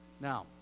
Now